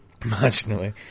Marginally